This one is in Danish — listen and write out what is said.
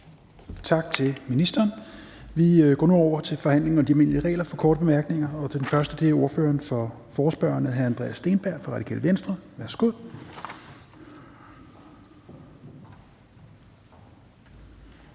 Tak til ministeren. Vi går nu over til forhandlingen og de almindelige regler for korte bemærkninger. Den første er ordføreren for forespørgerne, hr. Andreas Steenberg fra Radikale Venstre. Værsgo.